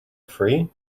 free